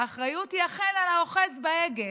האחריות היא אכן על האוחז בהגה,